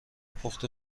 پخت